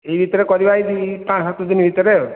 ଏଇ ଭିତରେ କରିବା ଏଇ ଦୁଇ ପାଞ୍ଚ ସାତ ଦିନ ଭିତରେ ଆଉ